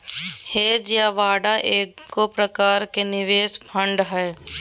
hedge या बाड़ा एगो प्रकार के निवेश फंड हय